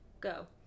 Go